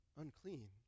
unclean